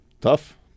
Tough